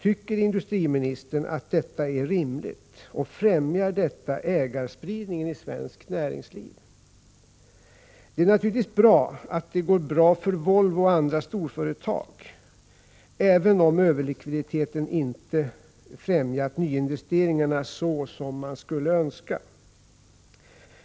Tycker industriministern att detta är rimligt, och främjar detta ägarspridningen i svenskt näringsliv? Det är naturligtvis bra att det går bra för Volvo och andra storföretag, även om överlikviditeten inte främjat nyinvesteringarna så som man skulle önska.